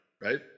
right